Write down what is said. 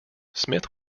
smith